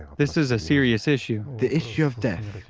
this is a serious issue. the issue of death,